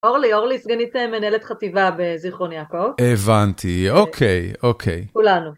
אורלי, אורלי, סגנית מנהלת חטיבה בזכרון יעקב. הבנתי, אוקיי, אוקיי. כולנו.